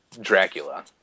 Dracula